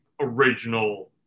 original